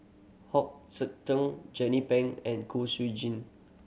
Hong Sek Teng Jernnine Ping and Kwek Jin